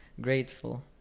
grateful